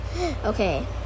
okay